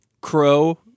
Crow